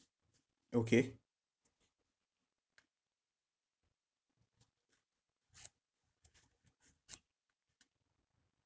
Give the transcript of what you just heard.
okay